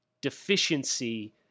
deficiency